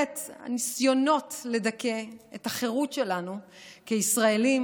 הניסיונות לדכא את החירות שלנו כישראלים,